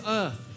earth